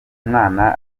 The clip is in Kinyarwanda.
mwana